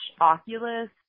Oculus